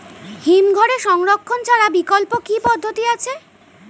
হিমঘরে সংরক্ষণ ছাড়া বিকল্প কি পদ্ধতি আছে?